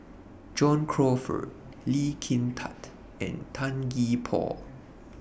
John Crawfurd Lee Kin Tat and Tan Gee Paw